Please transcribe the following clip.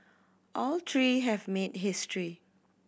all three have made history